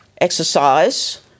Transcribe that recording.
exercise